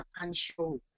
unsure